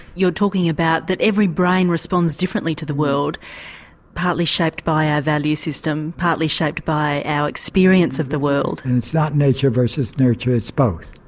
you're talking about that every brain responds differently to the world partly shaped by our value system, partly shaped by our experience of the world. and it's not nature versus nurture it's both.